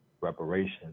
reparations